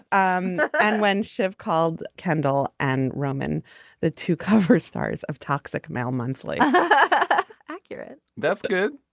um and when chef called kendall and roman the two cover stars of toxic mail monthly. but accurate. that's good.